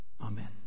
Amen